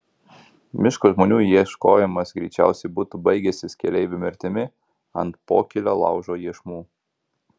miško žmonių ieškojimas greičiausiai būtų baigęsis keleivių mirtimi ant pokylio laužo iešmų